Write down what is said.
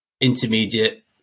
intermediate